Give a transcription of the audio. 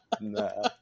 no